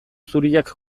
zuriak